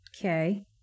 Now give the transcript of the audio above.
Okay